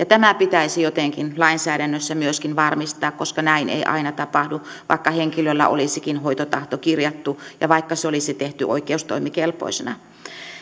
tämä pitäisi jotenkin lainsäädännössä myöskin varmistaa koska näin ei aina tapahdu vaikka henkilöllä olisikin hoitotahto kirjattu ja vaikka se olisi tehty oikeustoimikelpoisena